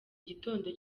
gitondo